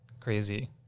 crazy